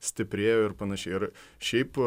stiprėjo ir panašiai ir šiaip